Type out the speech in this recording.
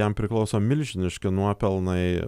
jam priklauso milžiniški nuopelnai